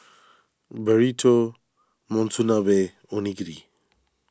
Burrito Monsunabe and Onigiri